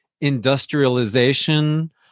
industrialization